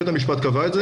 בית המשפט קבע את זה,